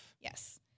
Yes